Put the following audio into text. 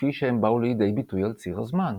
כפי שהם באו לידי ביטוי על ציר הזמן.